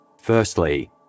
Firstly